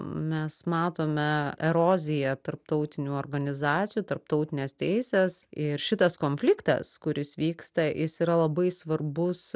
mes matome eroziją tarptautinių organizacijų tarptautinės teisės ir šitas konfliktas kuris vyksta jis yra labai svarbus